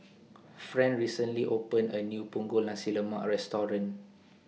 Fran recently opened A New Punggol Nasi Lemak Restaurant